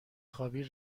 خوابی